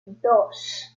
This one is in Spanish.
dos